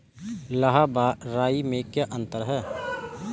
लाह व राई में क्या अंतर है?